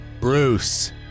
Bruce